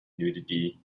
nudity